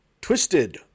twisted